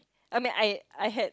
I mean I I had